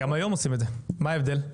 גם היום עושים את זה, מה ההבדל?